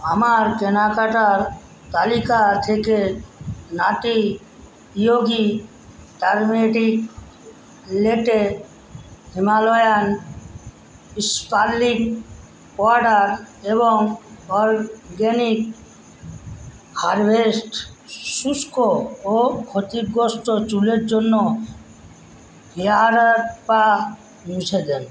আমার কেনাকাটার তালিকা থেকে nutty Yogi turmeric related Himalayan sparkling water এবং অর্গানিক হার্ভেস্ট শুষ্ক ও ক্ষতিগ্রস্ত চুলের জন্য হেয়ার স্পা মুছে দিন